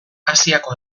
asiako